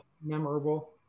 memorable